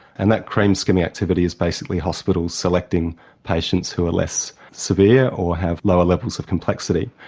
and that cream-skimming activity is basically hospitals selecting patients who are less severe or have lower levels of complexity.